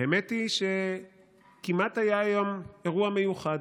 האמת היא שכמעט היה היום אירוע מיוחד,